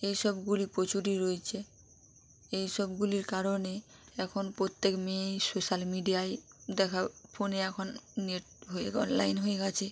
এই সবগুলি প্রচুরই রয়েছে এই সবগুলির কারণে এখন প্রত্যেক মেয়েই সোশ্যাল মিডিয়ায় দেখা ফোনে এখন নেট হয়ে অনলাইন হয়ে গেছে